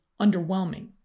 underwhelming